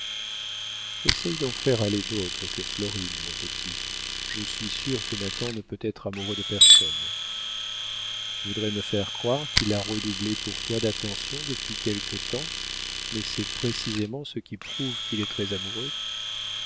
essaie d'en faire aller d'autres que florine mon petit je suis sûre que nathan ne peut être amoureux de personne tu voudrais me faire croire qu'il a redoublé pour toi d'attentions depuis quelque temps mais c'est précisément ce qui prouve qu'il est très amoureux